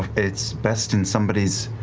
it's best in somebody's.